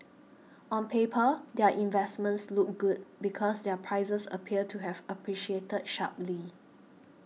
on paper their investments look good because their prices appeared to have appreciated sharply